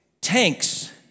tanks